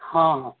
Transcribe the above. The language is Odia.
ହଁ ହଁ